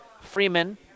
Freeman